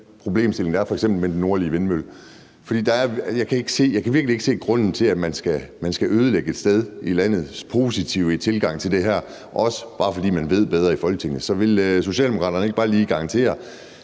problemstilling, der er, f.eks. med den nordlige vindmølle. Jeg kan virkelig ikke se grunden til, at man skal ødelægge et sted på grund af landets positive tilgang til det her, bare fordi man ved bedre i Folketinget. Så vil Socialdemokraterne ikke bare lige garantere,